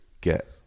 get